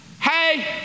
hey